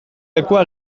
lekua